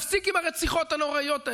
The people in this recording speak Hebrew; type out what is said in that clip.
ונפסיק עם הרציחות הנוראיות האלה.